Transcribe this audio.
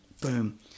Boom